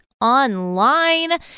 online